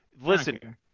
Listen